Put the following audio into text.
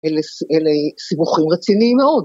אלה סיבוכים רציניים מאוד.